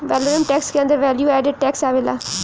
valorem tax के अंदर value added tax आवेला